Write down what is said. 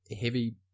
heavy